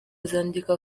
zandika